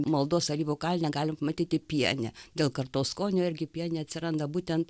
maldos alyvų kalne galim matyti pienę dėl kartaus skonio irgi pienė atsiranda būtent